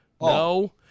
no